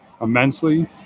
immensely